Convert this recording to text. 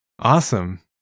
Awesome